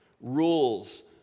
rules